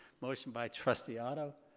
motion by trustee otto,